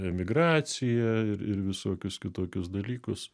emigraciją ir ir visokius kitokius dalykus